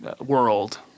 world